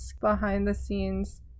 behind-the-scenes